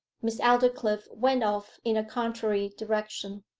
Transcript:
miss aldclyffe went off in a contrary direction.